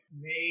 made